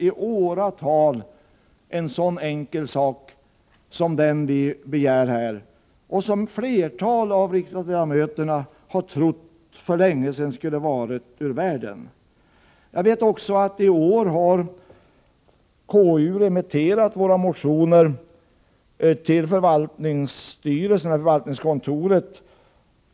I åratal överväger man en sådan enkel sak som den vi begär i våra motioner och som ett flertal av riksdagsledamöterna har trott varit ur världen för länge sedan. Jag vet att konstitutionsutskottet i år remitterat våra motioner till förvaltningsstyrelsen.